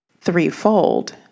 threefold